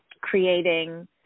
creating